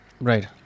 Right